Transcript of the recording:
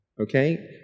Okay